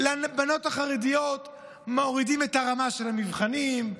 לבנות החרדיות מורידים את הרמה של המבחנים,